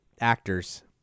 actors